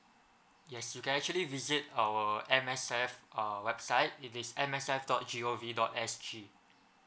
yes you can actually visit our M_S_F website it's M S F dot g o v dot s g